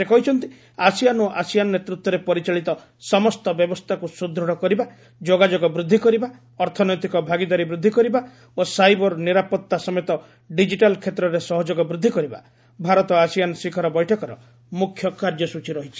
ସେ କହିଛନ୍ତି ଆସିଆନ୍ ଓ ଆସିଆନ୍ ନେତୃତ୍ୱରେ ପରିଚାଳିତ ସମସ୍ତ ବ୍ୟବସ୍ଥାକୁ ସୁଦୃଢ଼ କରିବା ଯୋଗାଯୋଗ ବୃଦ୍ଧି କରିବା ଅର୍ଥନୈତିକ ଭାଗିଦାରୀ ବୃଦ୍ଧି କରିବା ଓ ସାଇବର ନିରାପତ୍ତା ସମେତ ଡିଜିଟାଲ୍ କ୍ଷେତ୍ରରେ ସହଯୋଗ ବୃଦ୍ଧି କରିବା ଭାରତ ଆସିଆନ୍ ଶିଖର ବୈଠକର ମୁଖ୍ୟ କାର୍ଯ୍ୟସ୍ଚୀ ରହିଛି